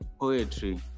poetry